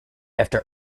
after